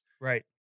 right